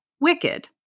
Wicked